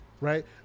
right